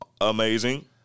amazing